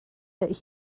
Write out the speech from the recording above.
that